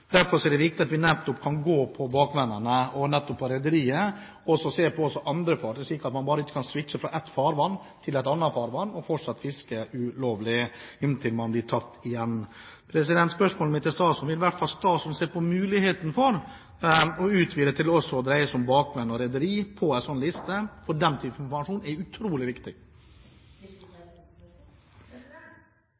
er det viktig at vi kan gå på bakmennene og på rederiet og også se på andre fartøy, slik at man ikke bare kan svitsje fra ett farvann til et annet farvann og fortsatt fiske ulovlig inntil man blir tatt igjen. Spørsmålet mitt til statsråden er: Vil statsråden i hvert fall se på muligheten for å utvide listen til også å dreie seg om bakmenn og rederi, for den typen informasjon er utrolig viktig?